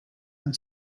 and